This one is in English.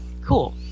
cool